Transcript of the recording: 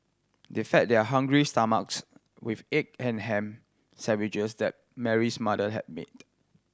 they fed their hungry stomachs with egg and ham sandwiches that Mary's mother had made